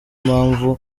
mpamvu